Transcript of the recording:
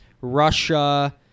Russia